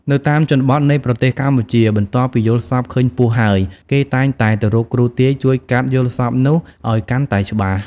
នៅតាមជនបទនៃប្រទេសកម្ពុជា បន្ទាប់ពីយល់សប្តិឃើញពស់ហើយ គេតែងតែទៅរកគ្រូទាយជួយកាត់យល់សប្តិនោះឱ្យកាន់តែច្បាស់។